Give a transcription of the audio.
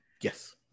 Yes